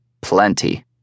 plenty